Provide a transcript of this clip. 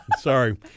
Sorry